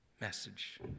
message